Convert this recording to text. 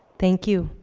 thank you.